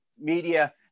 media